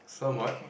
some what